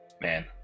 Man